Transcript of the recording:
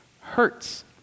hurts